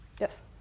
Yes